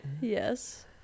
Yes